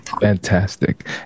Fantastic